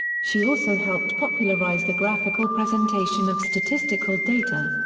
she also helped popularise the graphical presentation of statistical data.